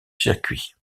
circuit